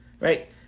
right